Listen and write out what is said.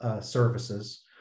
services